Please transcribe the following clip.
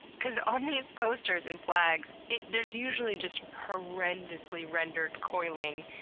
because on these posters and flags there's usually just horrendously rendered coiling,